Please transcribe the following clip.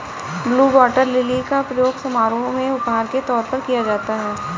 blue water lily का प्रयोग समारोह में उपहार के तौर पर किया जाता है